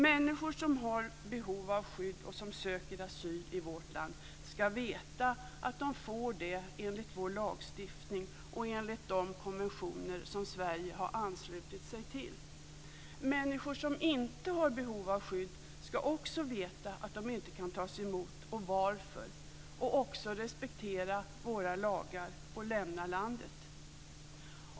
Människor som har behov av skydd och som söker asyl i vårt land ska veta att de får det enligt vår lagstiftning och enligt de konventioner som Sverige har anslutit sig till. Människor som inte har behov av skydd ska också veta att de inte kan tas emot och varför och också respektera våra lagar och lämna landet.